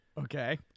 Okay